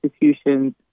institutions